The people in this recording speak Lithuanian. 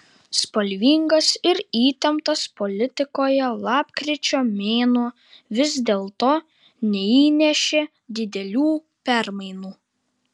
spalvingas ir įtemptas politikoje lapkričio mėnuo vis dėlto neįnešė didelių permainų